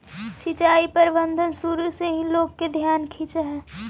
सिंचाई प्रबंधन शुरू से ही लोग के ध्यान खींचऽ हइ